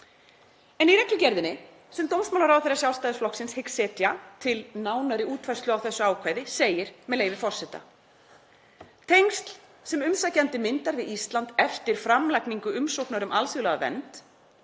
En í reglugerðinni sem dómsmálaráðherra Sjálfstæðisflokksins hyggst setja til nánari útfærslu á þessu ákvæði segir, með leyfi forseta: „Tengsl sem umsækjandi myndar við Ísland eftir framlagningu umsóknar um alþjóðlega vernd